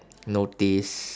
notice